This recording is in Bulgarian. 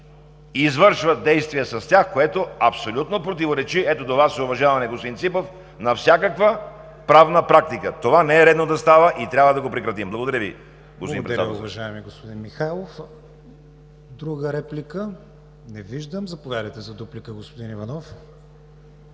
извършват действия с тях, което абсолютно противоречи – ето до Вас е уважаваният господин Ципов, на всякаква правна практика. Това не е редно да става и трябва да го прекратим. Благодаря Ви, господин Председателстващ. ПРЕДСЕДАТЕЛ КРИСТИАН ВИГЕНИН: Благодаря Ви, уважаеми господин Михайлов. Друга реплика? Не виждам. Заповядайте за дуплика, господин Иванов.